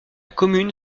commune